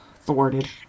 thwarted